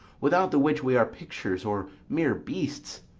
without the which we are pictures or mere beasts